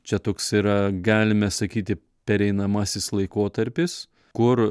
čia toks yra galime sakyti pereinamasis laikotarpis kur